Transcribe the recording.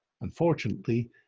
Unfortunately